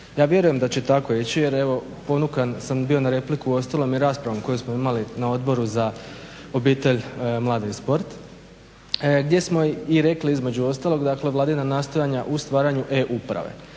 Ja vjerujem da će tako ići jer evo ponukan sam bio na repliku uostalom i raspravom koju smo imali na Odboru za obitelj, mlade i sport gdje smo rekli između ostalog dakle vladina nastojanja u stvaranju EU uprave.